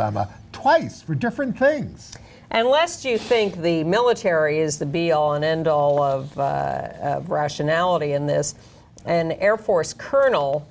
alabama twice for different things and lest you think the military is the be all and end all of rationality in this an air force colonel